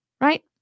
right